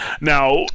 Now